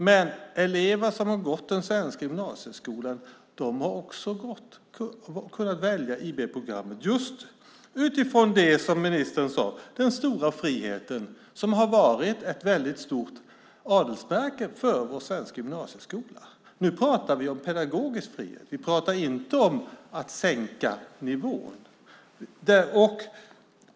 Men elever som har gått den svenska gymnasieskolan har också kunnat välja IB-programmet utifrån det som ministern sade, nämligen den stora friheten som har varit ett adelsmärke för vår svenska gymnasieskola. Nu pratar vi om pedagogisk frihet. Vi pratar inte om att sänka nivån.